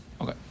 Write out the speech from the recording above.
Okay